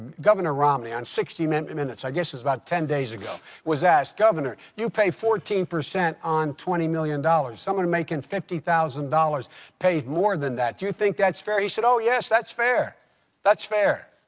governor romney, on sixty minutes, i guess it's about ten days ago, was asked, governor, you pay fourteen percent on twenty million dollars. someone making fifty thousand dollars pays more than that. do you think that's fair? he said, oh, yes, that's fair that's fair.